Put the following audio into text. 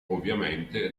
ovviamente